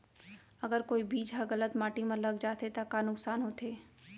अगर कोई बीज ह गलत माटी म लग जाथे त का नुकसान होथे?